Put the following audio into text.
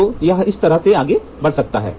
तो यह इस तरह से आगे बढ़ सकता है